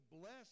bless